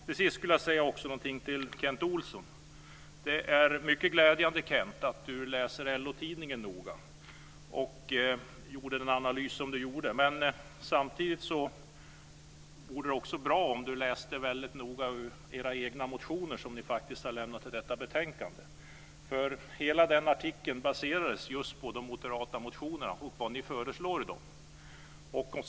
Till sist skulle jag vilja säga någonting till Kent Olsson. Det är mycket glädjande att han läser LO tidningen noga och att han gjorde den analys som han gjorde. Men samtidigt vore det bra om han läste de motioner han har varit med om att väcka och som tas upp i betänkandet väldigt noga. Hela artikeln baserades på de moderata motionerna och vad ni föreslår i dem.